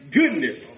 goodness